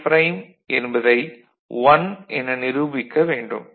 y' என்பதை 1 என நிரூபிக்க வேண்டும்